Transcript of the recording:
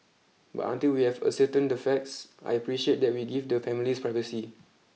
but until we have ascertained the facts I appreciate that we give the families privacy